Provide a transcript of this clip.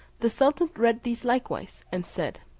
the sultan read these likewise, and said,